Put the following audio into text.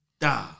da